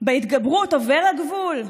בהתגברות עובר הגבול?